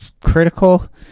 critical